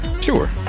Sure